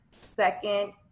second